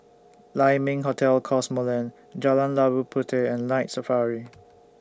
Lai Ming Hotel Cosmoland Jalan Labu Puteh and Night Safari